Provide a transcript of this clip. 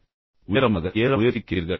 எனவே நீங்கள் உயரமாக ஏற முயற்சிக்கிறீர்கள்